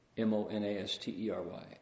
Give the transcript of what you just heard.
M-O-N-A-S-T-E-R-Y